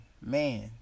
man